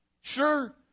sure